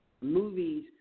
movies